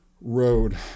road